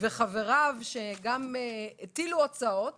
וחבריו שגם הטילו הוצאות